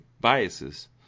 biases